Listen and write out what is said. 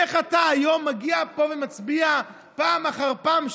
איך אתה היום מגיע לפה ומצביע פעם אחר פעם,